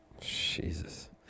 Jesus